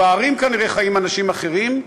בהרים כנראה חיים אנשים אחרים,